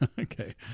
Okay